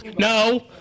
No